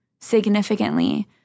significantly